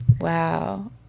Wow